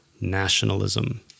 nationalism